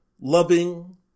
loving